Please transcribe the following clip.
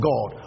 God